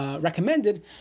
recommended